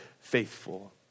faithful